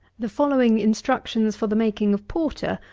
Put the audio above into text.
the following instructions for the making of porter,